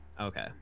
Okay